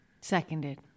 Seconded